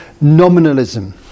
nominalism